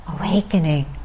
awakening